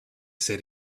said